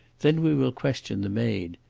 then we will question the maid,